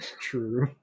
True